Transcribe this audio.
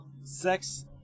Sex